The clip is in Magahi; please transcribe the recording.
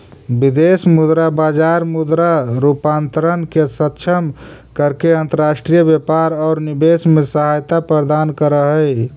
विदेश मुद्रा बाजार मुद्रा रूपांतरण के सक्षम करके अंतर्राष्ट्रीय व्यापार औउर निवेश में सहायता प्रदान करऽ हई